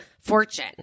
Fortune